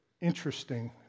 interesting